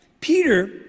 Peter